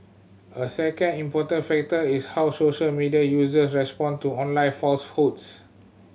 a second important factor is how social media user respond to online falsehoods